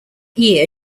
year